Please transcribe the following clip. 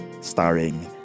starring